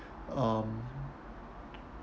um